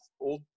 old